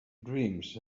dreams